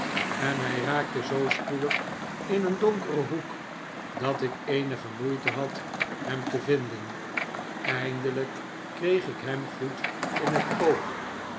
en hij raakte zoo spoedig in een donkeren hoek dat ik eenige moeite had hem te vinden eindelijk kreeg ik hem goed in het oog